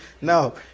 no